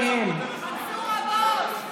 יואב גלנט,